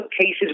cases